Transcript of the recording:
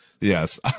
Yes